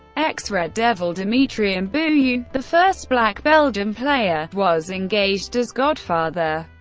ex-red devil dimitri and mbuyu the first black belgium player was engaged as godfather,